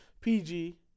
PG